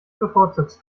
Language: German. bevorzugst